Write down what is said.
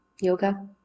yoga